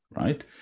Right